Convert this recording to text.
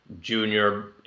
Junior